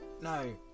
no